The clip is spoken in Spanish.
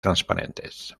transparentes